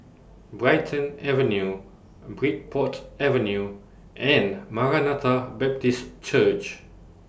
Brighton Avenue Bridport Avenue and Maranatha Baptist Church